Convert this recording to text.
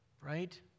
right